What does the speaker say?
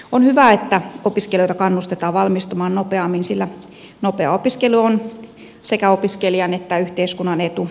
on hyvä että opiskelijoita kannustetaan valmistumaan nopeammin sillä nopea opiskelu on sekä opiskelijan että yhteiskunnan etu